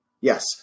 Yes